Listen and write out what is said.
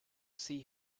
see